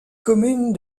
commune